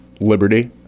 Liberty